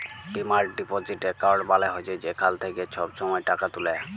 demand deposit account মালে হছে যেখাল থ্যাইকে ছব ছময় টাকা তুলে